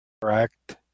correct